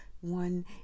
one